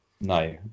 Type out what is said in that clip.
No